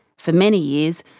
for many years,